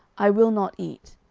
i will not eat.